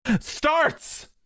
Starts